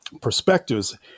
perspectives